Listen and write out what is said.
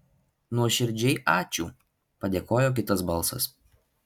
nuoširdžiai ačiū padėkojo kitas balsas